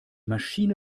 maschine